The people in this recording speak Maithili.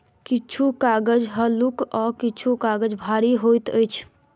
किछु कागज हल्लुक आ किछु काजग भारी होइत अछि